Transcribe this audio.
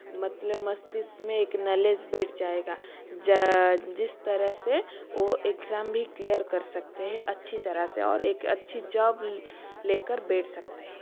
मतलब मस्तिष्क में एक नॉलेज बैठ जाएगा जिस तरह से वह एग्जाम भी क्लियर कर सकते है अच्छी तरह से और एक अच्छी जॉब लेकर बैठ सकते है